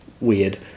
weird